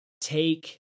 take